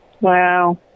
Wow